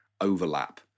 overlap